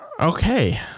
Okay